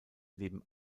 leben